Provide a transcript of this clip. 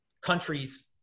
countries